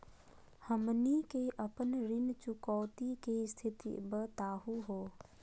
हमनी के अपन ऋण चुकौती के स्थिति बताहु हो?